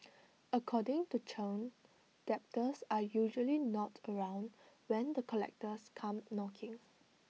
according to Chen debtors are usually not around when the collectors come knocking